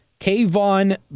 Kayvon